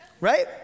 right